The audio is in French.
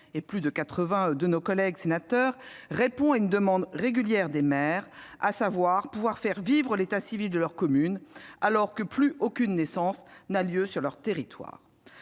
et plus de quatre-vingts de nos collègues, répond à une demande régulière des maires, qui souhaitent pouvoir faire vivre l'état civil de leur commune alors que plus aucune naissance n'a lieu sur le territoire